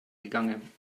gegangen